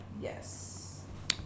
Yes